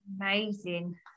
Amazing